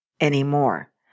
anymore